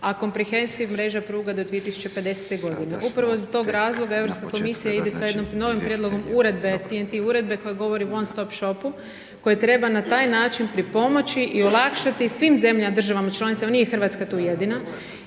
a comprehensive mreža pruga do 2050. g. Upravo iz tog razloga Europska komisija ide sa jednim novim prijedlogom uredbe, .../Govornik se ne razumije./... uredbe koja govori o one stop shopu koji treba na taj način pripomoći i olakšati svim zemljama državama članicama, nije Hrvatska tu jedina